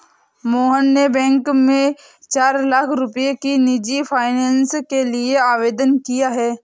मोहन ने बैंक में चार लाख रुपए की निजी फ़ाइनेंस के लिए आवेदन किया है